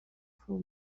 for